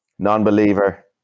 non-believer